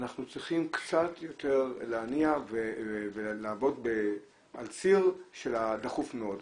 אנחנו צריכים קצת יותר להניע ולעבוד על ציר של הדחוף מאוד אפילו.